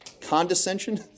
Condescension